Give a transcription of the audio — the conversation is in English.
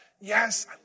yes